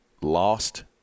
lost